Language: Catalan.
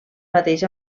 mateix